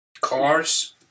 cars